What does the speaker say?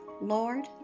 Lord